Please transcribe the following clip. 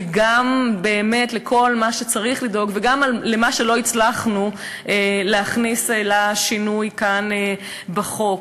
גם באמת לכל מה שצריך לדאוג וגם למה שלא הצלחנו להכניס כשינוי כאן בחוק.